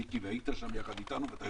מיקי, היית שם ביחד איתנו ואתה יודע.